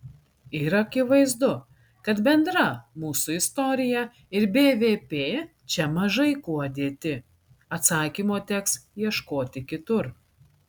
ir akivaizdu kad bendra mūsų istorija ir bvp čia mažai kuo dėti atsakymo teks ieškoti kitur